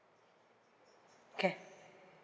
okay